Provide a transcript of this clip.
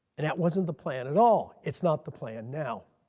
and that wasn't the plan at all. it's not the plan now.